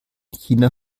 china